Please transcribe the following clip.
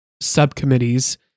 subcommittees